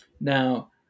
Now